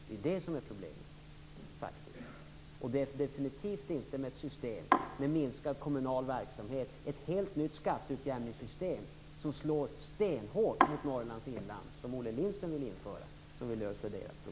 Det är det som är problemet. Det är definitivt inte ett system med minskad kommunal verksamhet, ett helt nytt skatteutjämningssystem som slår stenhårt mot Norrlands inland och som Olle Lindström vill införa, som löser problemet.